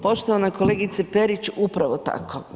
Poštovana kolegice Perić, upravo tako.